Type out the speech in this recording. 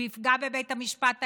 הוא יפגע בבית המשפט העליון,